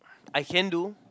I can do